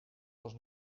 was